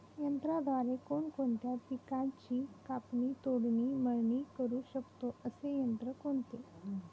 यंत्राद्वारे कोणकोणत्या पिकांची कापणी, तोडणी, मळणी करु शकतो, असे यंत्र कोणते?